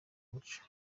muco